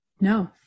no